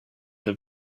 her